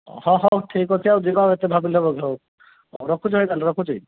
ହଁ ହଁ ହଉ ହଉ ଠିକ୍ ଅଛି ଆଉ ଯିବା ଆଉ ଏତେ ଭାବିଲେ ହେବ କି ହଉ ରଖୁଛି ଭାଇ ତା'ହେଲେ ରଖୁଛି